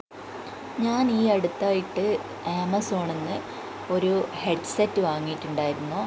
ഞാനീ അടുത്തായിട്ട് ആമസോണിന്ന് ഒരു ഹെഡ്സെറ്റ് വാങ്ങിട്ടുണ്ടായിരുന്നു